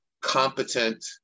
competent